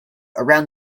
around